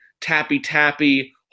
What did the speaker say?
tappy-tappy